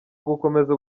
gukomeza